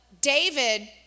David